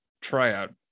tryout